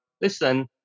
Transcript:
listen